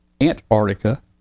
Antarctica